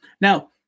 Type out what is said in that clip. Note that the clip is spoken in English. Now